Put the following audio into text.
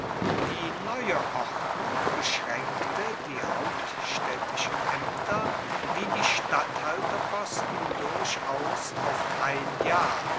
die neue ordnung beschränkte die hauptstädtischen ämter wie die statthalterposten durchaus auf ein jahr